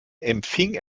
empfing